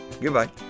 Goodbye